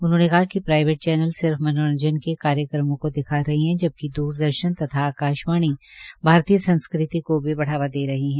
उन्होंने कहा कि प्राईवेट चैनल सिर्फ मनोरंजन के कार्यक्रमों को दिखा रहे हैं जबकि दूरदर्शन तथा आकाशवाणी भारतीय संस्कृति को भी बढावा दे रहा है